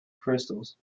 crystals